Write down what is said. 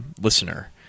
listener